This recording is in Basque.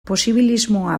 posibilismoa